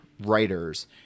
writers